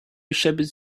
shepherds